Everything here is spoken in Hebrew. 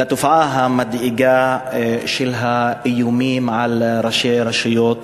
לתופעה המדאיגה של האיומים על ראשי רשויות,